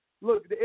Look